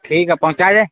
ٹھیک ہے پہنچا دیں